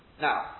Now